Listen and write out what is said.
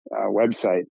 website